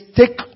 take